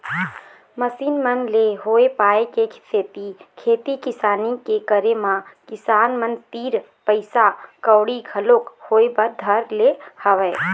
machine मन ले होय पाय के सेती खेती किसानी के करे म किसान मन तीर पइसा कउड़ी घलोक होय बर धर ले हवय